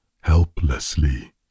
helplessly